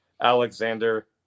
Alexander